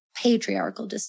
patriarchal